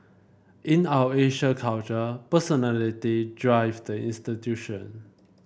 in our Asian culture personality drive the institution